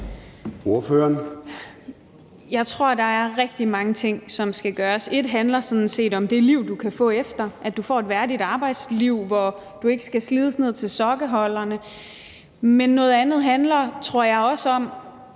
(EL): Jeg tror, der er rigtig mange ting, som skal gøres. Noget handler sådan set om det liv, du kan få efter, altså at du får et værdigt arbejdsliv, hvor du ikke skal slides ned til sokkeholderne, mens noget andet handler om, tror jeg, at